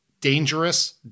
dangerous